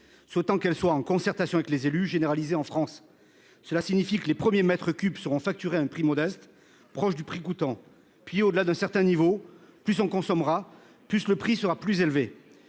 s'autant qu'elle soit en concertation avec les élus généralisée en France. Cela signifie que les premiers mètres cubes seront facturés à un prix modeste proche du prix coûtant puis au-delà d'un certain niveau, plus on consommera plus le prix sera plus élevé.